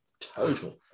Total